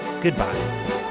Goodbye